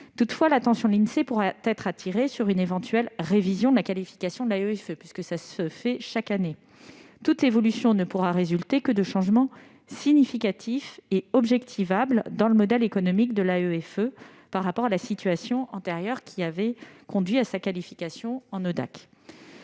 Toutefois, l'attention de l'Insee pourra être attirée sur une éventuelle révision de la qualification de l'AEFE, décidée chaque année. Toute évolution ne pourra résulter que de changements significatifs et objectifs dans le modèle économique de l'AEFE par rapport à la situation antérieure qui avait conduit à sa qualification en ODAC.